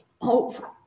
over